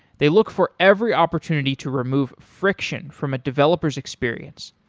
they look for every opportunity to remove friction from a developer s experience.